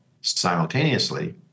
simultaneously